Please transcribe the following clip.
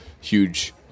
huge